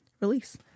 release